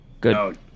Good